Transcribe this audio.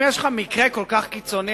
אם יש לך מקרה כל כך קיצוני,